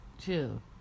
chill